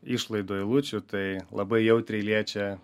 išlaidų eilučių tai labai jautriai liečia